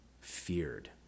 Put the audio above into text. feared